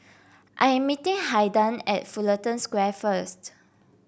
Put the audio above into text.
I am meeting Haiden at Fullerton Square first